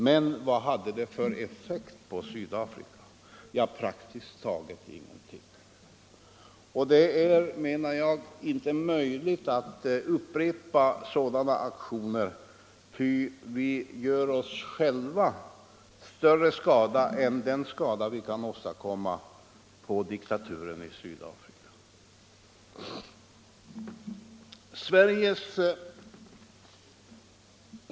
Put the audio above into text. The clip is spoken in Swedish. Men vad hade den för effekt på Sydafrika? Ja, praktiskt taget ingen alls. Det är, menar jag, inte möjligt att upprepa sådana aktioner, ty vi gör oss själva större skada än vi kan åstadkomma på diktaturen i Sydafrika.